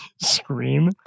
scream